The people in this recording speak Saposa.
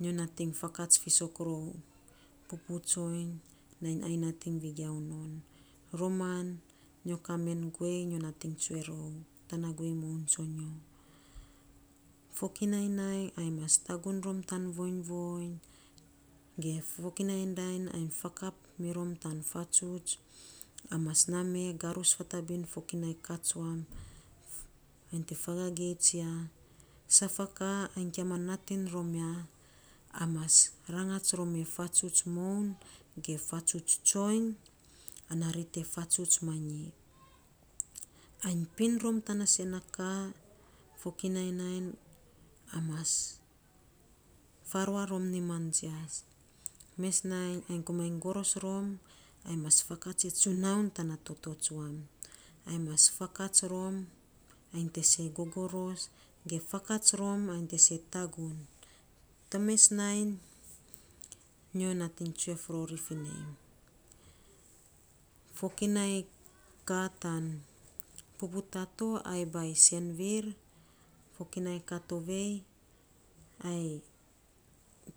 Nyo natiny fakats fiisok rou pupu tsoiny nainy ayei natiny vegiau non. Roman nyo kaa men guei, nyo natiny tsuei rou tana guei moun tsonyio, fokinai nainy anyi mas tagu rom tana voiny voiny ge fokinai nainy, nyo fakap mirom tan faatsuts. Nyi mas naa me garus fokinai kaa tsuam nyi te fagageits ya, safa kaa nyi gim rom ma nat ya, nyi mas rangats rom e faatsuts manyi. Anyi pin rom tana isen na kaa fokinai nainy ainy mas faarua rom nimam jias. Mes nainy nyi komainy goros rom ainy mas fakats e tsunaun tana toto tsuam. Anyi mas faakats rom, nyi te see gogoros ge faakats rom ai nyi te see tagun. Tee mes nainy nyo natiny tsue of rori fi nei, fokinai kaa tan puputaa to ai bainy seviir, fokinai kaa tovei ai